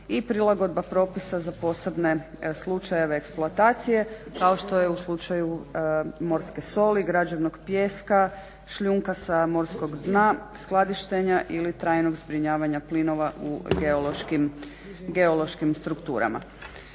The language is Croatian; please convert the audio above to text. i prilagodba propisa za posebne slučajeve eksploatacije kao što je u slučaju morske soli, građevnog pijeska, šljunka sa morskog dna, skladištenja ili trajnog zbrinjavanja plinova u geološkim strukturama.